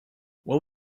what